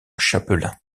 chapelain